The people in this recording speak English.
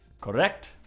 correct